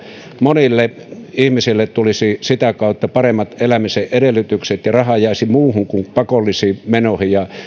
monille ihmisille tulisivat sitä kautta paremmat elämisen edellytykset ja rahaa jäisi muuhun kuin pakollisiin menoihin